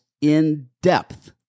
in-depth